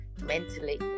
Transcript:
mentally